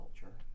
culture